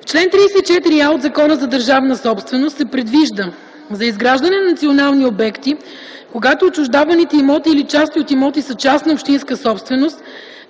В чл. 34а от Закона за държавната собственост се предвижда за изграждане на национални обекти, когато отчуждаваните имоти или части от имоти са частна общинска собственост,